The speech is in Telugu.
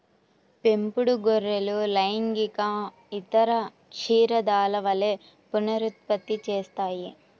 పెంపుడు గొర్రెలు లైంగికంగా ఇతర క్షీరదాల వలె పునరుత్పత్తి చేస్తాయి